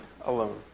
alone